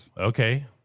okay